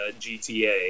GTA